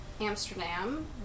Amsterdam